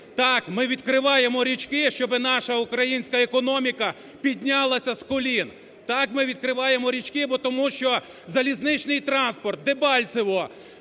Так, ми відкриваємо річки, щоб наша українська економіка піднялася з колін. Так, ми відкриваємо річки, тому що залізничний транспорт, Дебальцеве